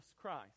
Christ